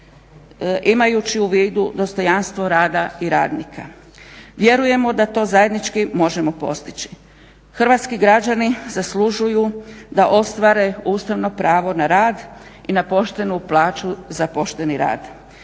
imajući u vidu dostojanstvo rada i radnika. Vjerujemo da to zajednički možemo postići. Hrvatski građani zaslužuju da ostvare ustavno pravo na rad i na poštenu plaću za pošteni rad.